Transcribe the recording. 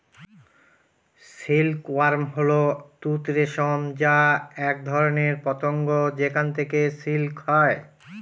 silk worm হল তুঁত রেশম যা এক ধরনের পতঙ্গ যেখান থেকে সিল্ক হয়